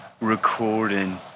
recording